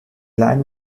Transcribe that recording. line